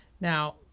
now